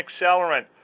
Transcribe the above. accelerant